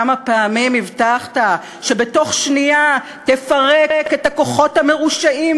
כמה פעמים הבטחת שבתוך שנייה תפרק את הכוחות המרושעים